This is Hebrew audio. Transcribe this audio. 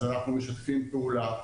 אז אנחנו משתפים פעולה,